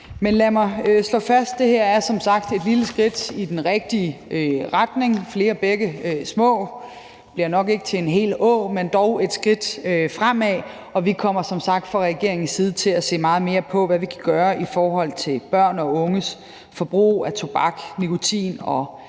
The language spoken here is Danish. lad mig slå fast: Det her er som sagt et lille skridt i den rigtige retning. Flere bække små bliver nok ikke til en hel å, men dog et skridt fremad. Vi kommer som sagt fra regeringens side til at se meget mere på, hvad vi kan gøre i forhold til børn og unges forbrug af tobak, nikotin og